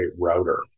router